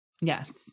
Yes